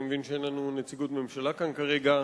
אני מבין שאין לנו נציגות ממשלה כאן כרגע.